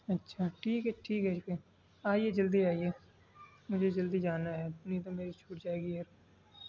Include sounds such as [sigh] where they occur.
اچھا ٹھیک ہے ٹھیک ہے [unintelligible] آئیے جلدی آئیے مجھے جلدی جانا ہے نہیں تو میری چھوٹ جائے گی ایئر